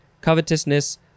covetousness